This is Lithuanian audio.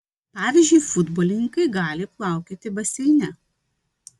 pavyzdžiui futbolininkai gali plaukioti baseine